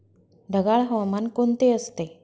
ढगाळ हवामान कोणते असते?